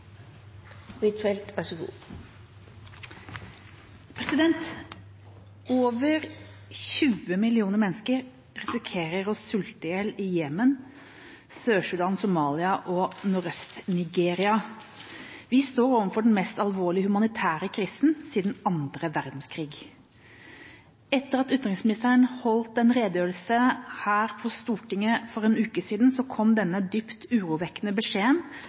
Over 20 millioner mennesker risikerer å sulte i hjel i Jemen, Sør-Sudan, Somalia og nordøst i Nigeria. Vi står overfor den mest alvorlige humanitære krisen siden annen verdenskrig. Etter at utenriksministeren holdt sin redegjørelse her for Stortinget for en uke siden, kom denne dypt urovekkende beskjeden